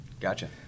Gotcha